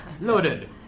Loaded